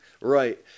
Right